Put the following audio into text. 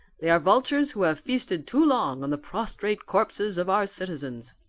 they are vultures who have feasted too long on the prostrate corpses of our citizens.